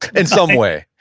in some way